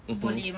mmhmm